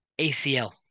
ACL